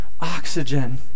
oxygen